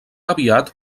aviat